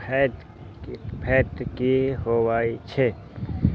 Fat की होवछै?